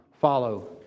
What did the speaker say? follow